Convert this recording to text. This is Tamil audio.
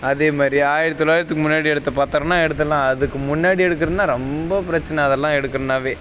அதே மாதிரி ஆயிரத்து தொள்ளாயிரத்துக் முன்னாடி எடுத்த பத்திரனா எடுத்துடலாம் அதுக்கு முன்னாடி எடுக்கிறனா ரொம்ப பிரச்சின அதெல்லாம் எடுக்கிறதுன்னாவே